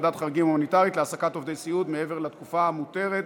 ועדת חריגים הומניטרית להעסקת עובדי סיעוד מעבר לתקופה המותרת).